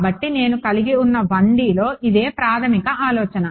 కాబట్టి నేను కలిగి ఉన్న 1Dలో ఇదే ప్రాథమిక ఆలోచన